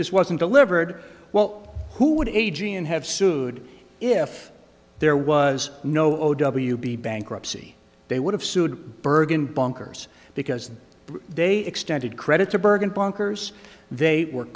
this wasn't delivered well who would agee and have sued if there was no o w d bankruptcy they would have sued bergen bunkers because they extended credit to bergen bunkers they were